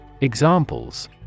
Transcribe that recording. Examples